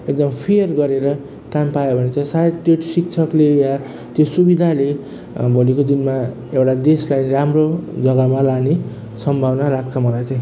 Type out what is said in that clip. एकदम फेयर गरेर काम पायो भने चाहिँ सायद त्यो शिक्षकले वा त्यो सुविधाले भोलिको दिनमा एउटा देशलाई राम्रो जगामा लाने सम्भावना लाग्छ मलाई चाहिँ